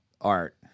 art